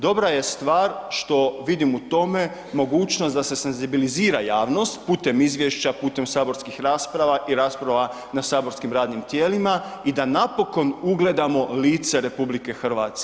Dobra je stvar što vidim u tome mogućnost da se senzibilizira javnost putem izvješća, putem saborskih rasprava i rasprava na saborskim radnim tijelima i da napokon ugledamo lice RH.